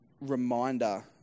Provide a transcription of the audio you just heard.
reminder